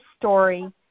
story